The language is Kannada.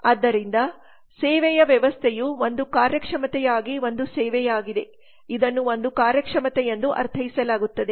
ಆದ್ದರಿಂದ ಸೇವೆಯ ವ್ಯವಸ್ಥೆಯು ಒಂದು ಕಾರ್ಯಕ್ಷಮತೆಯಾಗಿ ಒಂದು ಸೇವೆಯಾಗಿದೆ ಇದನ್ನು ಒಂದು ಕಾರ್ಯಕ್ಷಮತೆಯೆಂದು ಅರ್ಥೈಸಲಾಗುತ್ತದೆ